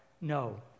no